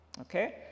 Okay